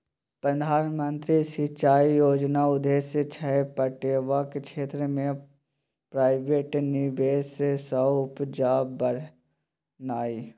प्रधानमंत्री सिंचाई योजनाक उद्देश्य छै पटेबाक क्षेत्र मे प्राइवेट निबेश सँ उपजा बढ़ेनाइ